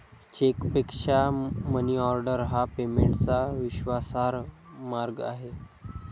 चेकपेक्षा मनीऑर्डर हा पेमेंटचा विश्वासार्ह मार्ग आहे